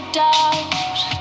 doubt